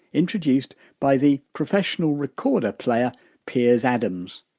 introduced by the professional recorder player piers adams